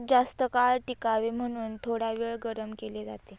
दूध जास्तकाळ टिकावे म्हणून थोडावेळ गरम केले जाते